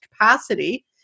capacity